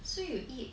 so you eat